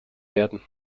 werden